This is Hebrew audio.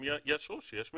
הם יאשרו שיש מתווה.